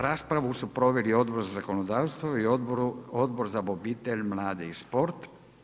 Raspravu su proveli Odbor za zakonodavstvo i Odbor za obitelj, mlade i sport.